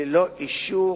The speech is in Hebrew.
ללא אישור